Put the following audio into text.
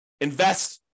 Invest